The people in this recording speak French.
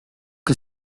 que